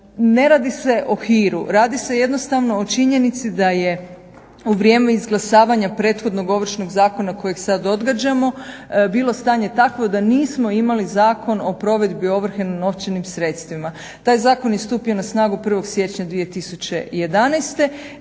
Ne radi se o hiru, radi se jednostavno o činjenici da je u vrijeme izglasavanja prethodnog Ovršnog zakona kojeg sada odgađamo bilo stanje takvo da nismo imali Zakon o provedbi ovrhe na novčanim sredstvima. Taj zakon je stupio na snagu 1. siječnja 2011.